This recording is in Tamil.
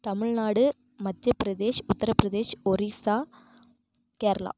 தமிழ்நாடு மத்தியப்பிரதேஷ் உத்திரப்பிரதேஷ் ஒரிசா கேரளா